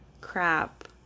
crap